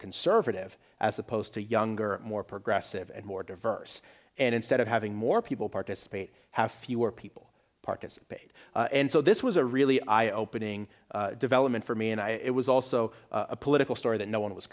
conservative as opposed to younger more progressive and more diverse and instead of having more people participate have fewer people participate and so this was a really i ope thing development for me and i it was also a political story that no one was